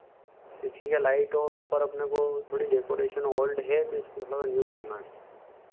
किसी के लाइट हो और ऊपर अपने को थोड़ी डेकोरेशन ओल्ड है तो इसको थोड़ा सा न्यू करना है